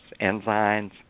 enzymes